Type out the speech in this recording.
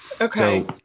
Okay